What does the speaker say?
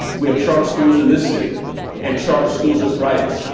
we have charter schools in this city and charter schools are thriving,